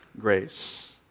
grace